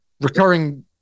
recurring